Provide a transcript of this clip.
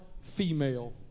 female